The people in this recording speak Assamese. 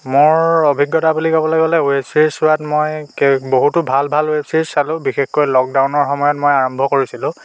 মোৰ অভিজ্ঞতা বুলি কবলৈ গ'লে ৱেব ছিৰিজ চোৱা মই বহুতো ভাল ভাল ৱেব ছিৰিজ চালোঁ বিশেষকৈ লকডাউনৰ সময়ত মই আৰম্ভ কৰিছিলোঁ